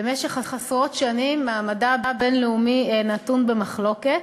עשרות שנים מעמדה הבין-לאומי נתון במחלוקת.